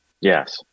Yes